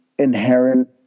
inherent